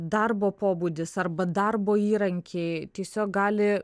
darbo pobūdis arba darbo įrankiai tiesiog gali